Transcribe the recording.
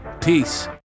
Peace